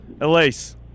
Elise